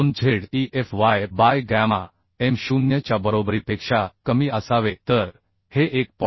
2 zefy by gamma m0 च्या बरोबरीपेक्षा कमी असावे तर हे 1